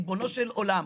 ריבונו של עולם,